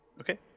Okay